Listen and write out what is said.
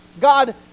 God